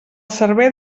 servei